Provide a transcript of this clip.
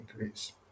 increase